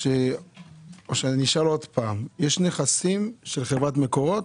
יש נכסים של חברת מקורות?